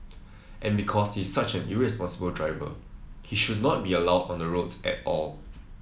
and because he's such an irresponsible driver he should not be allowed on the roads at all